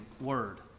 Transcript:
word